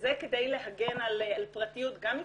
וזה כדי להגן על הפרטיות גם של